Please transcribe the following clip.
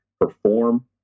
perform